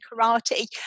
karate